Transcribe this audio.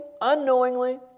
unknowingly